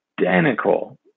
identical